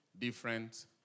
different